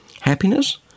happiness